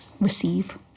receive